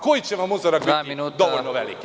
Koji će vam uzorak biti dovoljno veliki?